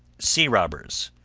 sea-robbers,